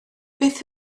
beth